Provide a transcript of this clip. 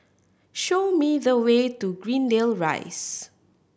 show me the way to Greendale Rise